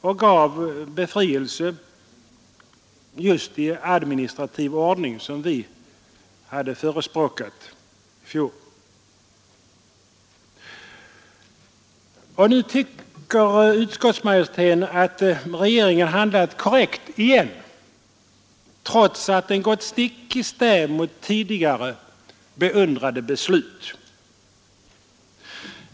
Den gav alltså befrielse just i administrativ ordning, som vi hade förespråkat i fjol. Nu tycker utskottsmajoriteten att regeringen handlat korrekt igen trots att den gått stick i stäv mot tidigare beundrade beslut.